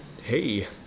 hey